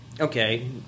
okay